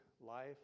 life